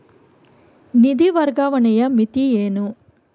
ನಿಧಿ ವರ್ಗಾವಣೆಯ ಮಿತಿ ಏನು?